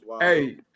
Hey